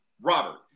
Robert